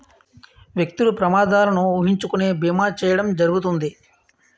వ్యక్తులు ప్రమాదాలను ఊహించుకొని బీమా చేయడం జరుగుతుంది